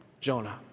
Jonah